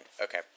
Okay